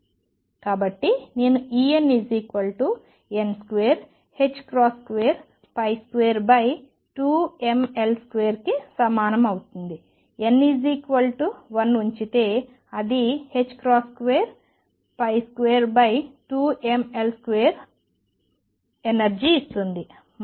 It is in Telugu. కాబట్టి నేను En n2222mL2 కి సమానం అవుతుంది n 1 ఉంచితే అది 22 2mL2 స్క్వేర్ ఎనర్జీని ఇస్తుంది